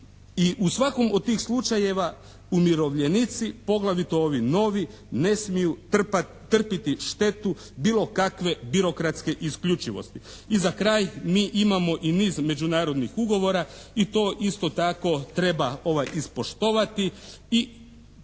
I u svakom od tih slučajeva umirovljenici, poglavito ovi novi ne smiju trpjeti štetu bilo kakve birokratske isključivosti. I za kraj mi imamo i niz međunarodnih ugovora i to isto tako treba ispoštovati